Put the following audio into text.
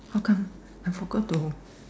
how come I forgot to